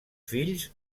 fills